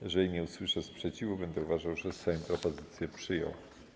Jeżeli nie usłyszę sprzeciwu, będę uważał, że Sejm propozycję przyjął.